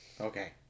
okay